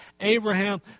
Abraham